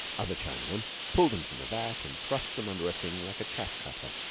other chinamen pulled them from the vat and thrust them under a thing like a chaff-cutter,